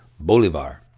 Bolivar